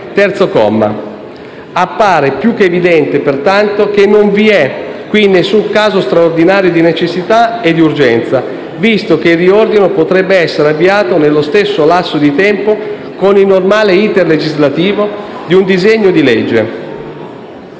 terzo comma. Appare più che evidente, pertanto, che non vi è qui alcun caso straordinario di necessità e urgenza, visto che il riordino potrebbe essere avviato nello stesso lasso di tempo con il normale *iter* legislativo di un disegno di legge.